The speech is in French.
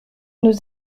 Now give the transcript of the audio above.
nous